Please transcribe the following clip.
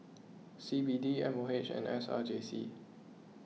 C B D M O H and S R J C